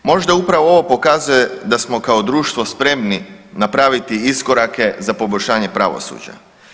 Možda upravo ovo pokazuje da smo kao društvo spremni napraviti iskorake za poboljšanje pravosuđa.